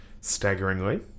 Staggeringly